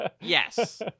Yes